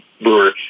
brewer